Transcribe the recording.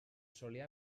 solia